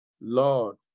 Lord